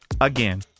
again